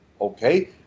okay